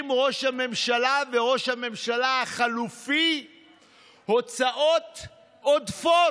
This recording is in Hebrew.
ראש הממשלה וראש הממשלה החליפי הוצאות עודפות,